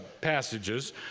passages